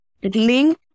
link